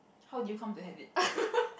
how do you come to have it